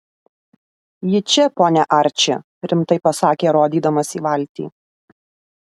ji čia pone arči rimtai pasakė rodydamas į valtį